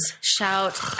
shout